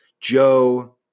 Joe